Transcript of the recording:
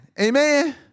Amen